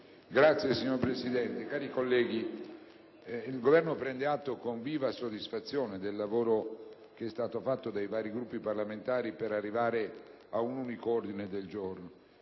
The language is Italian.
esteri*. Signor Presidente, cari colleghi, il Governo prende atto con viva soddisfazione del lavoro che è stato fatto dai vari Gruppi parlamentari per arrivare ad un unico ordine del giorno